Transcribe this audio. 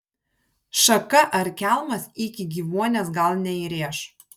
šaka ar kelmas iki gyvuonies gal neįrėš